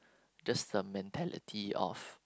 just the mentality of